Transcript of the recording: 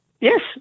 Yes